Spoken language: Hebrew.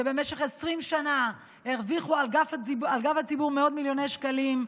שבמשך 20 שנה הרוויחו על גב הציבור מאות מיליוני שקלים,